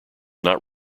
not